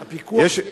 הפיקוח,